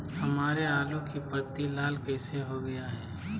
हमारे आलू की पत्ती लाल कैसे हो गया है?